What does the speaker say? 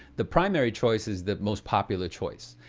the primary choice is the most popular choice.